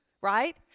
right